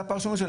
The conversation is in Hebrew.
זאת הפרשנות,